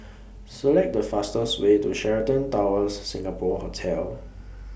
Select The fastest Way to Sheraton Towers Singapore Hotel